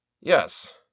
Yes